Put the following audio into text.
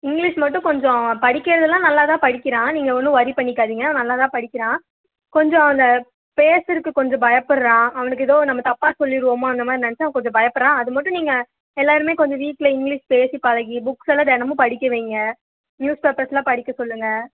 English மட்டும் கொஞ்சம் படிக்கிறதெல்லாம் நல்லாத்தான் படிக்கிறான் நீங்கள் ஒன்றும் ஒரி பண்ணிக்காதிங்க அவன் நல்லாத்தான் படிக்கிறான் கொஞ்சம் அந்த பேசுறதுக்கு கொஞ்சம் பயப்படுறான் அவனுக்கு ஏதோ நம்ம தப்பாக சொல்லிடுவோமோ அந்தமாரி நினச்சி அவன் கொஞ்சம் பயப்படுறான் அதுமட்டும் நீங்கள் எல்லோருமே கொஞ்சம் வீட்டில் இங்கிலிஷ் பேசி பழகி புக்ஸ் எல்லாம் தினமும் படிக்க வைங்க நியூஸ் பேப்பர்ஸுலாம் படிக்க சொல்லுங்க